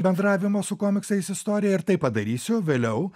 bendravimo su komiksais istoriją ir tai padarysiu vėliau